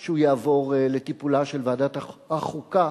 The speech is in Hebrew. שהוא יעבור לטיפולה של ועדת החוקה,